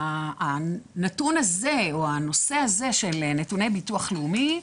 הנושא הזה של נתוני ביטוח לאומי,